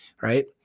right